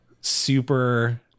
super